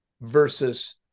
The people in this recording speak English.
versus